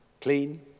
clean